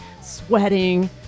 sweating